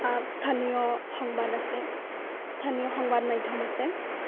স্থানীয় সংবাদ আছে স্থানীয় সংবাদ মাধ্যম আছে